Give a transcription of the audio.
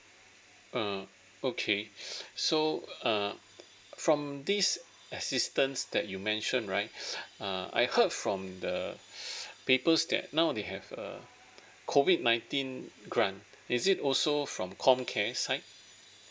uh okay so err from this assistance that you mention right uh I heard from the papers that now they have a COVID nineteen grant is it also from ComCare side